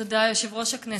תודה, יושב-ראש הכנסת.